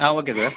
ah okay sir